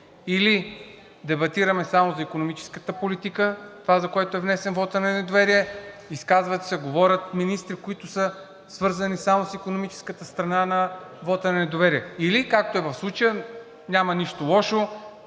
Или дебатираме само за икономическата политика, това, за което е внесен вотът на недоверие – изказват се, говорят министри, които са свързани само с икономическата страна на вота на недоверие, или, както е в случая, няма нищо лошо